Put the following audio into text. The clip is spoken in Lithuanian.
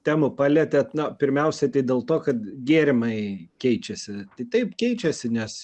temų paletėt na pirmiausia dėl to kad gėrimai keičiasi tai taip keičiasi nes